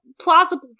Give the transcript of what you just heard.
plausible